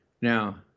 Now